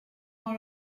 dans